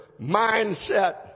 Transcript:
mindset